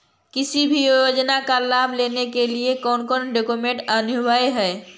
किसी भी योजना का लाभ लेने के लिए कोन कोन डॉक्यूमेंट अनिवार्य है?